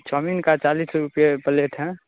chow mein का चालीस रुपए पलेट है